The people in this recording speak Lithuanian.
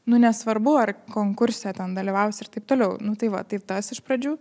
nu nesvarbu ar konkurse ten dalyvausi ir taip toliau nu tai va tai tas iš pradžių